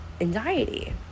anxiety